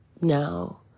Now